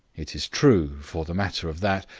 it is true, for the matter of that,